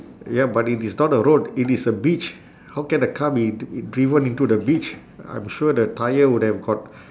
ya but it is not a road it is a beach how can a car be d~ driven into the beach I'm sure the tyre would have got